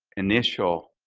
initial,